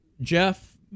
Jeff